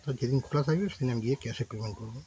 তা যেদিন খোলা থাকবে সেদিন আমি গিয়ে ক্যাশে পেমেন্ট করব